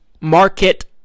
Market